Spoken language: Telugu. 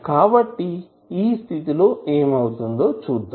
కాబట్టి ఈ స్థితి లో ఏమి అవుతుందో చూద్దాం